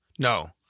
No